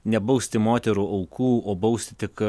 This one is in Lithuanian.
nebausti moterų aukų o bausti tik